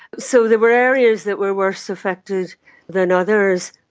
so there were areas that were worse affected than others.